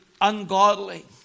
ungodly